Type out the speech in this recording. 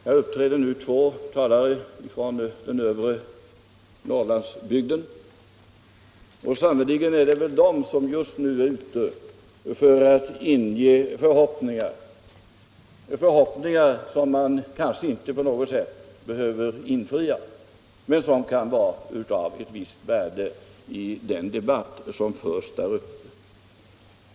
Här uppträdde nu två talare från den övre Norrlandsbygden, som tycks vara ute för att inge förhoppningar, förhoppningar som man kanske inte på något sätt behöver infria men som kan vara av ett visst värde för dessa i den debatt som nu förs där uppe.